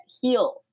heals